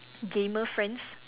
gamer friends